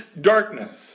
darkness